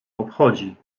obchodzi